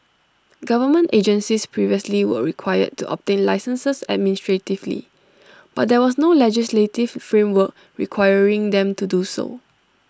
government agencies previously were required to obtain licences administratively but there was no legislative framework requiring them to do so